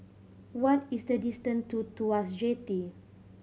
what is the distance to Tuas Jetty